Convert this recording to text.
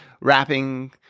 rapping